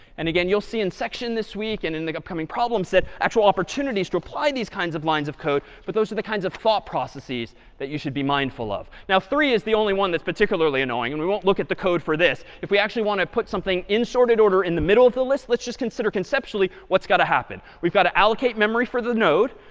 and again, you'll see in section this week and in the upcoming problem set actual opportunities to apply these kinds of lines of code. but those are the kinds of thought processes that you should be mindful of. now, three is the only one that's particularly annoying. and we won't look at the code for this. if we actually want to put something in sorted order in the middle of the list, let's just consider conceptually what's got to happen. we've got to allocate memory for the node.